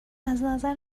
ازنظر